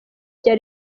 rya